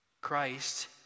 Christ